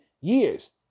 years